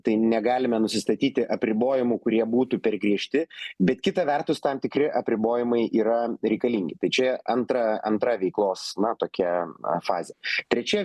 tai negalime nusistatyti apribojimų kurie būtų per griežti bet kita vertus tam tikri apribojimai yra reikalingi tai čia antra antra veiklos na tokia fazė trečia